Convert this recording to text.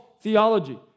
theology